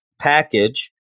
package